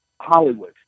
hollywood